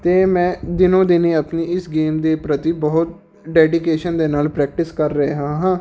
ਅਤੇ ਮੈਂ ਦਿਨੋਂ ਦਿਨ ਹੀ ਆਪਣੀ ਇਸ ਗੇਮ ਦੇ ਪ੍ਰਤੀ ਬਹੁਤ ਡੈਡੀਕੇਸ਼ਨ ਦੇ ਨਾਲ ਪ੍ਰੈਕਟਿਸ ਕਰ ਰਿਹਾ ਹਾਂ